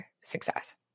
success